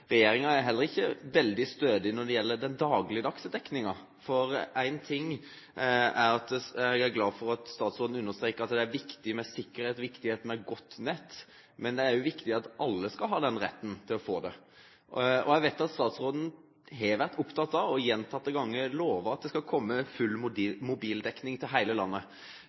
er heller ikke veldig stødig når det gjelder den dagligdagse dekningen. Én ting er at jeg er glad for at statsråden understreker at det er viktig med sikkerhet og godt nett, men det er også viktig at alle skal ha retten til å få det. Jeg vet at statsråden har vært opptatt av og gjentatte ganger lovet at det skal komme full mobildekning i hele landet.